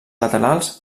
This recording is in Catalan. laterals